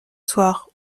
soir